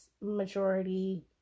majority